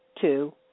Two